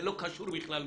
ולא קשור בכלל,